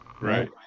Right